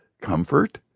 comfort